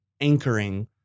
anchoring